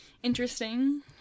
Interesting